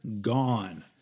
gone